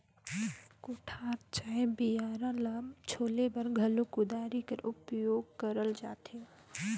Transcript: कोठार चहे बियारा ल छोले बर घलो कुदारी कर उपियोग करल जाथे